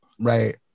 right